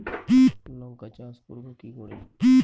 লঙ্কা চাষ করব কি করে?